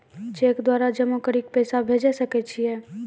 Cheque द्वारा जमा करि के पैसा भेजै सकय छियै?